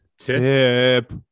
Tip